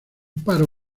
paro